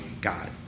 God